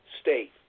State